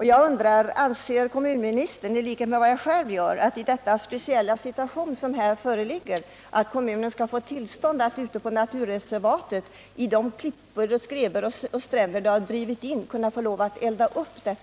Jag undrar: Anser kommunministern, i likhet med vad jag gör i den speciella situation som här föreligger, att kommunen skall få tillstånd att ute på naturreservatet i de klippor och skrevor och på de stränder där det har drivit in sådant samla in och elda upp detta?